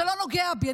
זה לא נוגע בי,